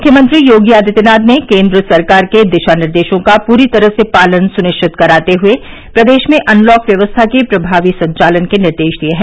मुख्यमंत्री योगी आदित्यनाथ ने केंद्र सरकार के दिशा निर्देशों का पूरी तरह से पालन सुनिश्चित कराते हुए प्रदेश में अनलॉक व्यवस्था के प्रभावी संचालन के निर्देश दिए हैं